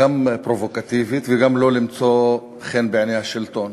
גם פרובוקטיבי, וגם לא למצוא חן בעיני השלטון.